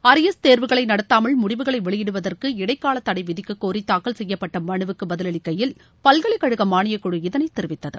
arrear தேர்வுகளை நடத்தாமல் முடிவுகளை வெளியிடுவதற்கு இடைக்கால தடை விதிக்கக்கோரி தாக்கல் செய்யப்பட்ட மனுவுக்கு பதிலளிக்கையில் பல்கலைக்கழக மாளியக்குழு இதனை தெரிவித்தது